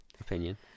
opinion